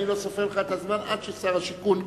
אני לא סופר לך את הזמן עד ששר השיכון ייכנס.